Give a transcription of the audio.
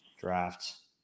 drafts